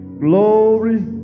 glory